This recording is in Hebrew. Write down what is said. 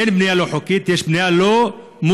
אין בנייה לא חוקית, יש בנייה לא מוסדרת,